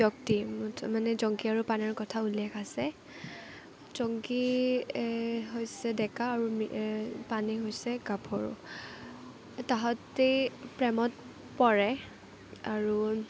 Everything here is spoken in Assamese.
ব্যক্তি মানে জংকী আৰু পানেইৰ কথা উল্লেখ আছে জংকী হৈছে ডেকা আৰু পানেই হৈছে গাভৰু তাহাঁতে প্ৰেমত পৰে আৰু